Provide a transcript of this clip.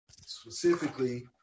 specifically